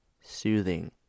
soothing